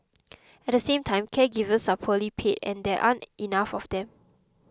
at the same time caregivers are poorly paid and there aren't enough of them